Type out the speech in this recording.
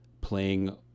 playing